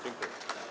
Dziękuję.